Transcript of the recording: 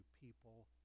people